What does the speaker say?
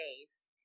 days